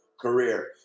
career